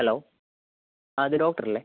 hello അതെ doctor ഇല്ലേ